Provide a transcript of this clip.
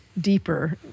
deeper